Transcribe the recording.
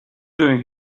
doing